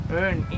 earn